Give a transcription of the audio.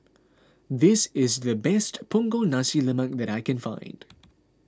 this is the best Punggol Nasi Lemak that I can find